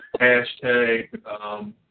hashtag